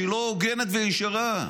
שהיא לא הוגנת וישרה.